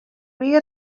wie